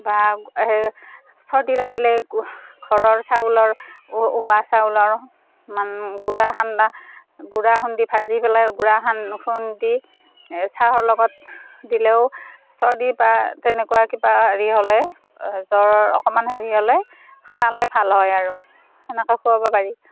বা সেই চৰ্দি লাগিলে ঘৰৰ চাউলৰ উহুৱা চাউলৰ গুৰা খান্দা গুৰা খুন্দি ভাজি পেলাই গুৰা খুন্দি চাহৰ লগত দিলেওঁ চৰ্দি বা তেনেকুৱা কিবা হেৰি হ'লে জ্বৰ অকণমান হেৰি হ'লে খালেই ভাল হয় আৰু সেনেকেই খুৱাব পাৰি